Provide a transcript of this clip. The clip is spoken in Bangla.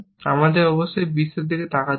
আমাকে অবশ্যই এই বিশ্বের দিকে তাকাতে হবে